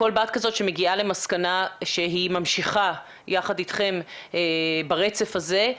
לכל בת כזאת שמגיעה למסקנה שהיא ממשיכה יחד איתכם ברצף הזה,